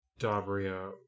Dabria